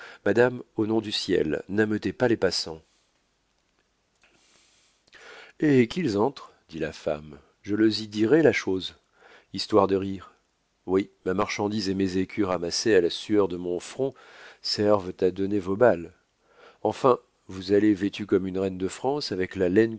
madame au nom du ciel n'ameutez pas les passants eh qu'ils entrent dit la femme je leux y dirai la chose histoire de rire oui ma marchandise et mes écus ramassés à la sueur de mon front servent à donner vos bals enfin vous allez vêtue comme une reine de france avec la laine